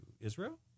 Israel